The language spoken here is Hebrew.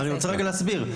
אני רוצה להסביר,